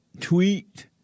tweet